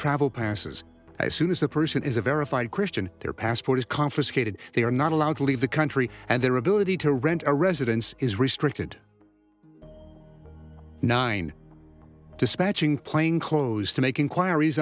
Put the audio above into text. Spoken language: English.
travel passes as soon as the person is a verified christian their passport is confiscated they are not allowed to leave the country and their ability to rent a residence is restricted nine dispatching plain clothes to make inquiries